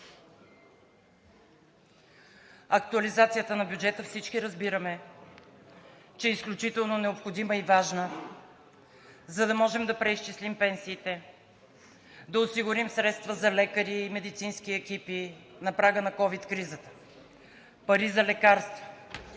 актуализацията на бюджета е изключително необходима и важна, за да можем да преизчислим пенсиите, да осигурим средства за лекарите и медицинските екипи на прага на ковид кризата, пари за лекарства,